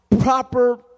proper